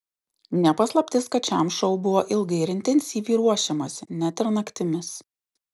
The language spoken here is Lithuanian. ne paslaptis kad šiam šou buvo ilgai ir intensyviai ruošiamasi net ir naktimis